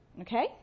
Okay